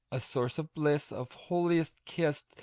a source of bliss, of holiest kiss,